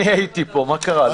אני הייתי פה, מה קרה לך.